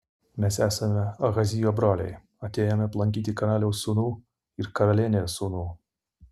mes esame ahazijo broliai atėjome aplankyti karaliaus sūnų ir karalienės sūnų